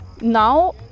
Now